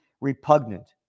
repugnant